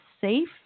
safe